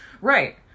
Right